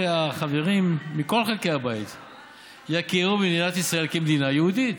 שהחברים מכל חלקי הבית יכירו במדינת ישראל כמדינה יהודית,